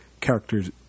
characters